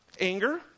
Anger